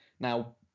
Now